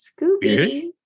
Scooby